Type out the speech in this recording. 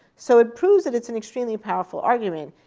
so it proves that it's an extremely powerful argument.